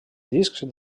discs